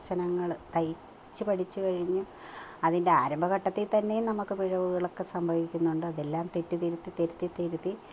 പ്രശ്നങ്ങൾ തയ്ച്ചു പഠിച്ചു കഴിഞ്ഞ് അതിന്റെ ആരംഭ ഘട്ടത്തിൽ തന്നെയും നമുക്ക് പിഴവുകളൊക്കെ സംഭവിക്കുന്നുണ്ട് അതെല്ലാം തെറ്റ് തിരുത്തി തിരുത്തി തിരുത്തി